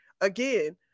again